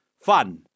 fun